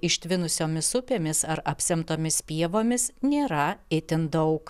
ištvinusiomis upėmis ar apsemtomis pievomis nėra itin daug